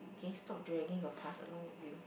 can you stop dragging your past along with you